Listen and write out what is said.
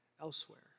elsewhere